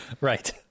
Right